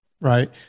Right